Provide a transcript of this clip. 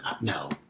No